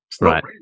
Right